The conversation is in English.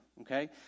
Okay